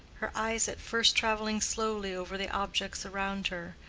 her eyes at first traveling slowly over the objects around her,